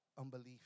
unbelief